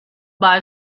buy